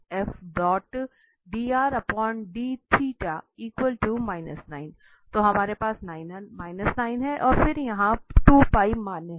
तो हमारे पास 9 है और फिर वहां मान है